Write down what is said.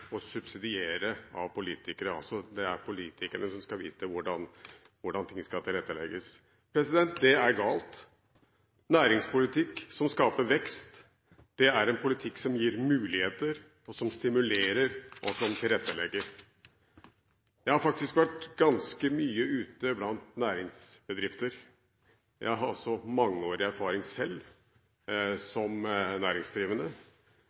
å tilrettelegge og subsidiere av politikere – altså at det er politikerne som skal vite hvordan det skal tilrettelegges. Det er galt. Næringspolitikk som skaper vekst, er en politikk som gir muligheter, som stimulerer, og som tilrettelegger. Jeg har faktisk vært ganske mye ute i næringsbedrifter. Jeg har også mangeårig erfaring selv som næringsdrivende.